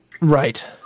Right